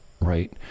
right